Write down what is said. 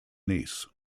niece